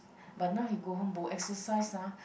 but now he go home bo exercise ah